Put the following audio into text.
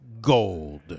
Gold